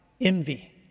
envy